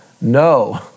No